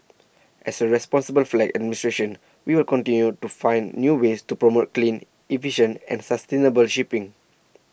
as A responsible flag administration we will continue to find new ways to promote clean efficient and sustainable shipping